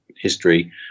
history